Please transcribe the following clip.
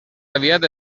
aviat